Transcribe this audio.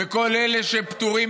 שכל אלה שהם פטורים,